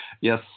Yes